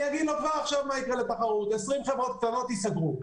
אומר לו כבר עכשיו מה יקרה לתחרות - 20 חברות קטנות ייסגרו.